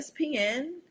ESPN